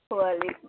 وعلیکم